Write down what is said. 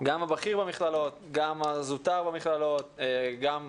גם הבכיר במכללות, גם הזוטר במכללות, גם